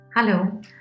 Hello